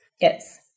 Yes